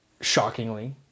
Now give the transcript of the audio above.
shockingly